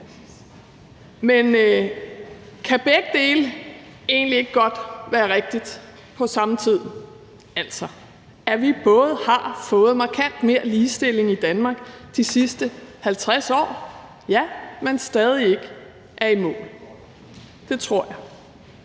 Men kan begge dele egentlig ikke godt være rigtigt på samme tid, altså at vi både har fået markant mere ligestilling i Danmark de sidste 50 år, men stadig ikke er i mål? Det tror jeg.